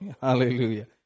hallelujah